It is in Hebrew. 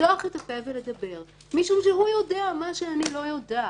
לפתוח את הפה ולדבר משום שהוא יודע מה שאני לא יודעת.